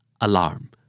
alarm